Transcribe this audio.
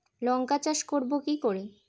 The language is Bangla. লঙ্কা চাষ করব কি করে?